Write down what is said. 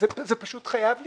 זה פשוט חייב לקרות.